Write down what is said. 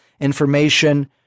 information